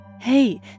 Hey